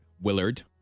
Willard